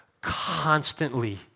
constantly